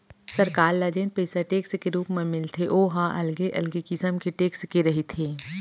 सरकार ल जेन पइसा टेक्स के रुप म मिलथे ओ ह अलगे अलगे किसम के टेक्स के रहिथे